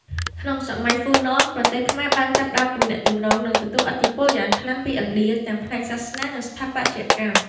ក្នុងសម័យហ្វូណន ប្រទេសខ្មែរបានចាប់ផ្តើមទំនាក់ទំនង និងទទួលឥទ្ធិពលយ៉ាងខ្លាំងពីឥណ្ឌា ទាំងផ្នែកសាសនា និងស្ថាបត្យកម្ម។